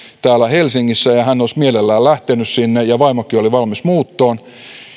täällä helsingissä ja hän olisi mielellään lähtenyt sinne ja vaimokin oli valmis muuttoon